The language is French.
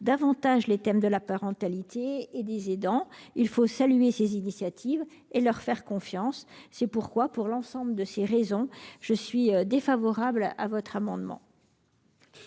davantage les thèmes de la parentalité et des aidants. Il faut saluer ces initiatives et faire confiance aux partenaires sociaux. Pour l'ensemble de ces raisons, je suis défavorable à ces amendements.